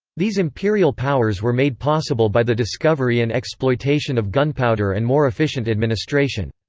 these imperial powers were made possible by the discovery and exploitation of gunpowder and more efficient administration.